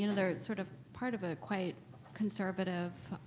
you know they're sort of part of a quite conservative